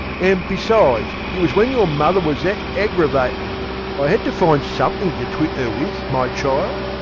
and besides, it was when your mother was that aggravating i had to find something to twit her with, my child.